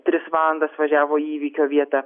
tris valandas važiavo į įvykio vietą